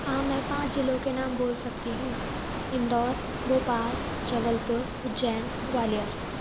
हाँ मैं पाँच जिलों के नाम बोल सकती हूँ इंदौर भोपाल जबलपुर उज्जैन ग्वालियर